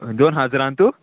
दोन हजरातू